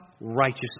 righteousness